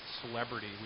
celebrity